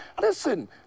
Listen